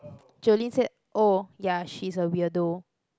Jolene said oh ya she's a weirdo